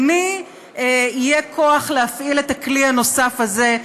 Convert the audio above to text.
למי יהיה כוח להפעיל את הכלי הנוסף הזה,